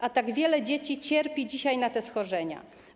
A tak wiele dzieci cierpi dzisiaj na te schorzenia.